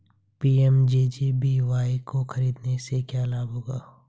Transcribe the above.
PMJJBY को खरीदने से क्या लाभ होगा?